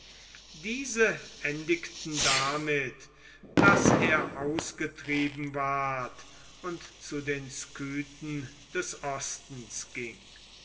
diese endigten damit daß er ausgetrieben ward und zu den skythen des ostens ging